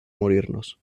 morirnos